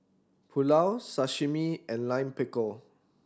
Pulao Sashimi and Lime Pickle